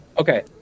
Okay